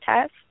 test